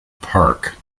park